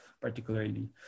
Particularly